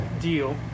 deal